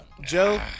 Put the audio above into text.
Joe